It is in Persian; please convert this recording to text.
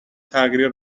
تغییر